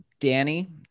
danny